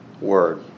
word